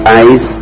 eyes